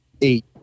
eight